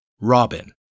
Robin